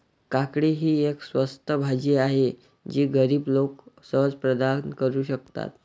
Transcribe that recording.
काकडी ही एक स्वस्त भाजी आहे जी गरीब लोक सहज प्रदान करू शकतात